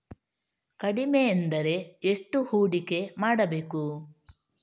ಕಡಿಮೆ ಎಂದರೆ ಎಷ್ಟು ಹೂಡಿಕೆ ಮಾಡಬೇಕು?